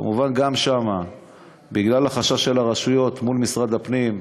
כמובן, בגלל החשש של הרשויות מול משרד הפנים,